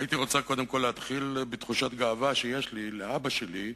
הייתי רוצה קודם כול להתחיל בתחושת הגאווה שיש לי לאבא שלי,